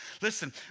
Listen